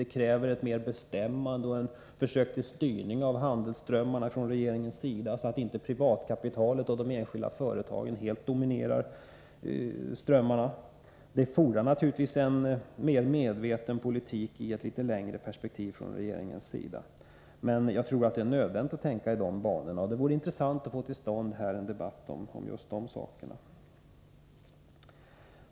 Det kräver mer bestämmande och försök till styrning av handelsströmmarna från regeringens sida, så att inte privatkapitalet och de enskilda företagen helt dominerar dessa strömmar. Det fordrar naturligtvis en medveten politik i ett litet längre perspektiv. Men jag tror att det är nödvändigt att tänka i de banorna, och det vore intressant att här få till stånd en debatt om dessa saker.